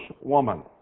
woman